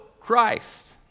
Christ